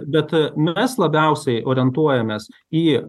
bet mes labiausiai orientuojamės į